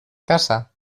casa